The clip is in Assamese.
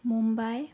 মুম্বাই